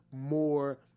more